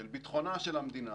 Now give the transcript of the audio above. של ביטחונה של המדינה